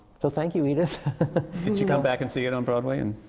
so, thank you, edith. did she come back and see it on broadway, and